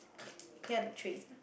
c~ clear the trays